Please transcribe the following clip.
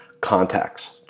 contacts